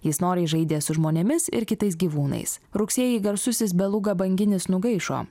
jis noriai žaidė su žmonėmis ir kitais gyvūnais rugsėjį garsusis beluga banginis nugaišo